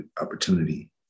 opportunity